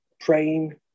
praying